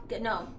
no